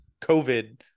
covid